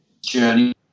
journey